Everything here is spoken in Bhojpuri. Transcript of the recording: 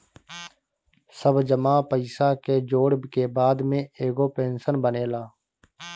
सब जमा पईसा के जोड़ के बाद में एगो पेंशन बनेला